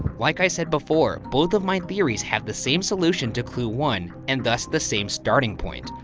like i said before, both of my theories have the same solution to clue one, and thus the same starting point.